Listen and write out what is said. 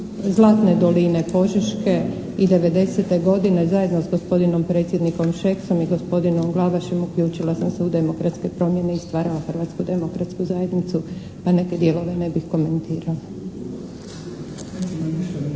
"Zlatne doline Požeške" i '90. godine zajedno sa gospodinom predsjednikom Šeksom i gospodinom Glavašem uključila sam se u demokratske promjene i stvarala Hrvatsku demokratsku zajednicu pa neke dijelove ne bih komentirala.